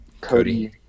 Cody